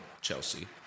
Chelsea